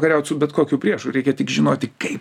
kariaut su bet kokiu priešu reikia tik žinoti kaip